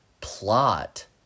plot